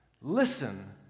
Listen